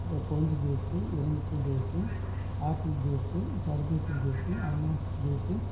கொழிஞ்சி juice எலுமிச்சை juice apple juice தர்பூசணி juice அன்னாசி ஜூஸ்